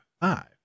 five